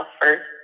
first